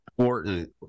Important